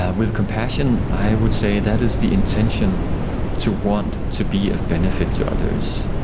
um with compassion i would say that is the intention to want to be of benefit to others,